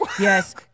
Yes